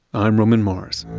i'm roman mars